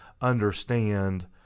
understand